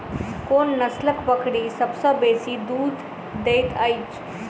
कोन नसलक बकरी सबसँ बेसी दूध देइत अछि?